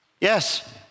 yes